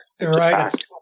Right